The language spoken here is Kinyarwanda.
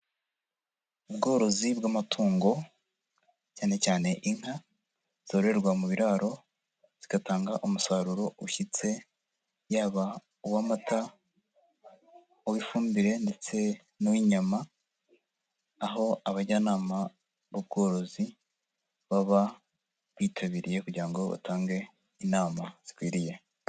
Ubworozi bw'amatungo cyane cyane inka, zororerwa mu biraro zigatanga umusaruro ushyitse yaba uw'amata, uw'ifumbire ndetse n'uwinyama, aho abajyanama b'ubworozi baba bitabiriye kugira ngo batange inama zikwiriye.